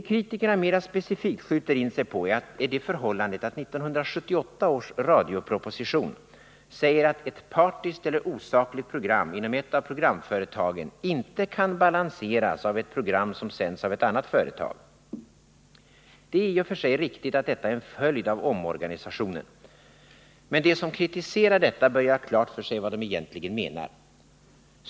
Det kritikerna mera specifikt skjuter in sig på är det förhållandet att 1978 års radioproposition säger att ett partiskt eller osakligt program inom ett av programföretagen inte kan balanseras av ett program som sänds av ett annat företag. Det är i och för sig riktigt att detta är en följd av omorganisationen av Sveriges Radio. Men de som kritiserar detta bör göra klart för sig vad de egentligen menar.